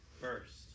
first